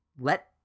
let